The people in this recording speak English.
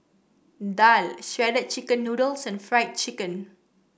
daal Shredded Chicken Noodles and Fried Chicken